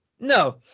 No